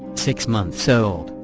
six months old,